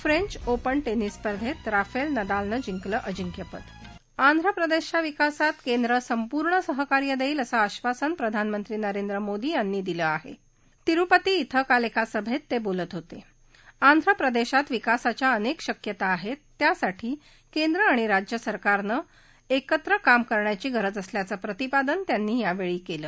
French Open टर्जिस स्पर्धेत Rafael नदालनं जिंकल अंजिक्य पद आंध्र प्रदर्धीच्या विकासात केंद्र संपूर्ण सहकार्य दक्षि असं आक्षासन प्रधानमंत्री नरेंद्र मोदी यांनी दिलं आह तिरुपती ड्ड काल एका सभर्म त बोलत होत आंध्र प्रदशीत विकासाच्या अनक्त शक्यता आहस्त त्यासाठी केंद्र आणि राज्य सरकारनं राज्याला कक्रिा उंचीवर नप्रियासाठी एकत्र काम करण्याची गरज असल्याचं प्रतिपादन त्यांनी यावछी कले